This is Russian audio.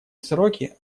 сроки